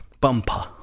Bumper